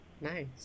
Nice